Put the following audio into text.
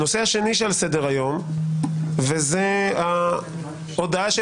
הנושא השני שעל סדר-היום זה ההודעה של